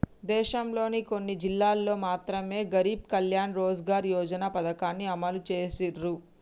దేశంలోని కొన్ని జిల్లాల్లో మాత్రమె గరీబ్ కళ్యాణ్ రోజ్గార్ యోజన పథకాన్ని అమలు చేసిర్రు